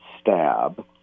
stab